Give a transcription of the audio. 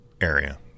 area